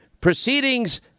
proceedings